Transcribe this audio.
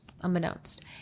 Unbeknownst